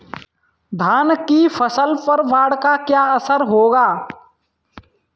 धान की फसल पर बाढ़ का क्या असर होगा?